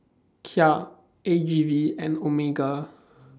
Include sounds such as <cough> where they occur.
Kia A G V and Omega <noise>